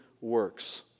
works